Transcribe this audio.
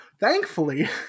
Thankfully